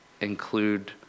include